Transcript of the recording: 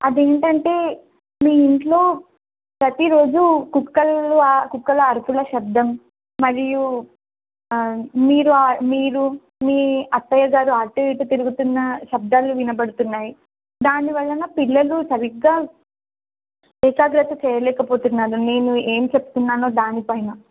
అదేంటంటే మీ ఇంట్లో ప్రతిరోజు కుక్కలు ఆ కుక్కల అరుపుల శబ్దం మరియు మీరు మీరు మీ అత్తయ్య గారు అటు ఇటు తిరుగుతున్న శబ్దాలు వినబడుతున్నాయి దానివలన పిల్లలు సరిగ్గా ఏకాగ్రత చేయలేకపోతున్నా నేను ఏం చెప్తున్నానో దానిపైన